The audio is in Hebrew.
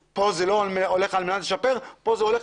כאן זה לא הולך על מנת לשפר אלא כאן זה הולך